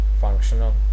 functional